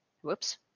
Whoops